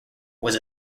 was